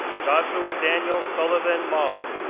joshua daniel sullivan malm,